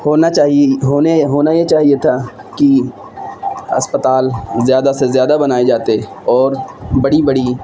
ہونا چاہیے ہونے ہونا یہ چاہیے تھا کہ اسپتال زیادہ سے زیادہ بنائے جاتے اور بڑی بڑی